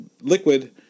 liquid